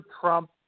Trump